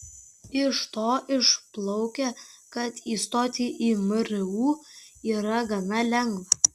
iš to išplaukia kad įstoti į mru yra gana lengva